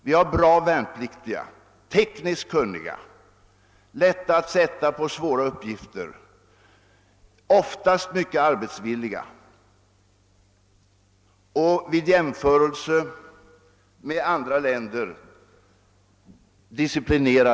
Vi har bra värnpliktiga, tekniskt kunniga, lätta att sätta på svåra uppgifter, i de flesta fall mycket arbetsvilliga och disciplinerade vid en jämförelse med andra länders värnpliktiga.